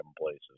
places